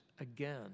again